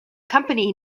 company